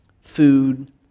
food